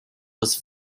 was